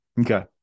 Okay